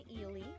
Ely